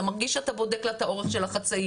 אתה מרגיש שאתה בודק לה את האורך של החצאית,